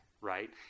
right